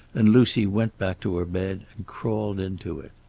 and lucy went back to her bed and crawled into it.